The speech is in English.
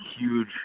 huge